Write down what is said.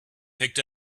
picked